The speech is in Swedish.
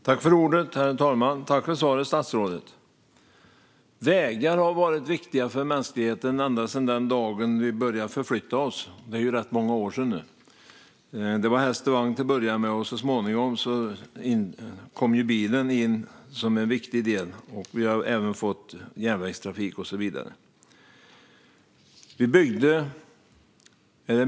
Herr talman! Tack för svaret, statsrådet! Vägar har varit viktiga för mänskligheten ända sedan den dagen vi började förflytta oss. Det är rätt många år sedan nu, och det var häst och vagn till att börja med. Så småningom kom bilen in som en viktig del, och vi har fått järnvägstrafik och så vidare.